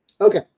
Okay